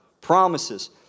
Promises